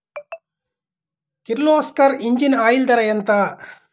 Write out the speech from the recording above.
Kirloskar engine oil ధర ఎంత?